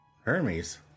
Hermes